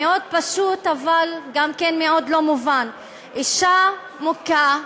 מאוד פשוט אבל גם כן מאוד לא מובן: אישה מוכה,